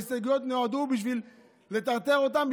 ההסתייגויות נועדו בשביל לטרטר אותם,